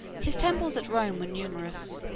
his temples at rome were numerous.